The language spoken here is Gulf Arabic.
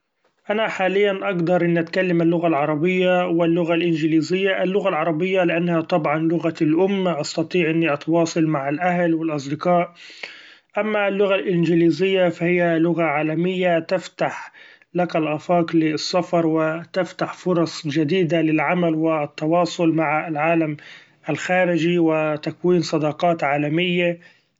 أنا حاليا اقدر إني أتكلم اللغة العربية و اللغة الإنجليزية ، اللغة العربية لأنها طبعا لغتي الأم استطيع إني أتواصل مع الأهل و الأصدقاء ، أما اللغة الإنجليزية فهي لغة عالمية تفتح لك الآفاق للسفر و تفتح فرص جديدة للعمل و التواصل مع العالم الخارجي و تكوين صداقات عالميي.